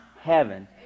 heaven